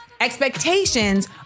Expectations